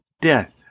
death